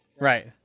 Right